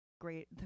great